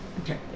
Okay